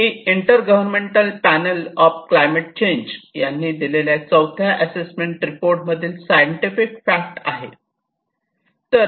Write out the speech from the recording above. he inter government panel on climate change यांनी दिलेल्या चौथ्या असेसमेंट रिपोर्ट मधील सायंटिफिक फॅक्ट आहे